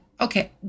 Okay